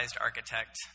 architect